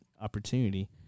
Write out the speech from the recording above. opportunity